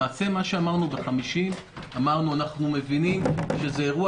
למעשה אמרנו: אנחנו מבינים שזה אירוע